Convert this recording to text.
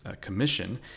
Commission